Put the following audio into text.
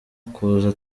ukuza